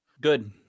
Good